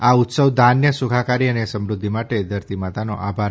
આ ઉત્સવ ધાન્ય સુખાકારી અને સમૃદ્ધિ માટે ધરતીમાતાનો આભાર